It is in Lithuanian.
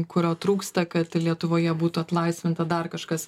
kurio trūksta kad lietuvoje būtų atlaisvinta dar kažkas